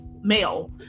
male